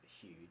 huge